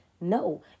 No